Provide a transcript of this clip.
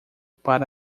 para